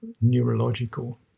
neurological